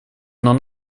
någon